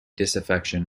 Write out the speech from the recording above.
disaffection